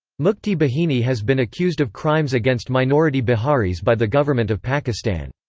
mukti bahini has been accused of crimes against minority biharis by the government of pakistan.